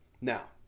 now